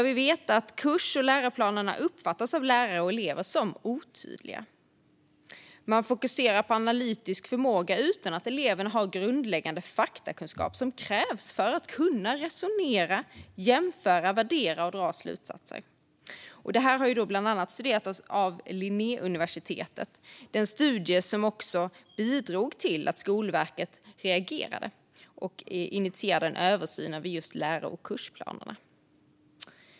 Vi vet att kurs och läroplanerna uppfattas som otydliga av lärare och elever. Man fokuserar på analytisk förmåga utan att eleverna har den grundläggande faktakunskap som krävs för att kunna resonera, jämföra, värdera och dra slutsatser. Detta har studerats av bland annat Linnéuniversitetet - den studie som bidrog till att Skolverket reagerade och initierade en översyn av läro och kursplanerna.